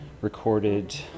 Recorded